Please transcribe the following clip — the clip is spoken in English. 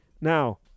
Now